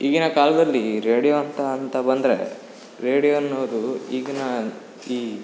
ಈಗಿನ ಕಾಲದಲ್ಲಿ ರೇಡಿಯೋ ಅಂತ ಅಂತ ಬಂದರೆ ರೇಡಿಯೋ ಅನ್ನೋದು ಈಗಿನ ಈ